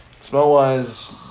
Smell-wise